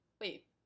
wait